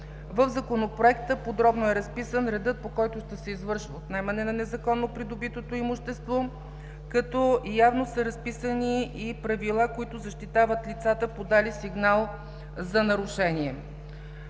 В Законопроекта подробно е разписан редът, по който ще се извършва отнемане на незаконно придобитото имущество, като явно са разписани и правила, които защитават лицата, подали сигнал за нарушение.